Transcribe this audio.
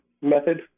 method